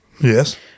Yes